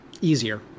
easier